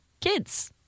kids